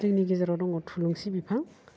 जोंनि गेजेराव दङ थुलुंसि बिफां